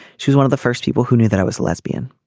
she's one of the first people who knew that i was a lesbian.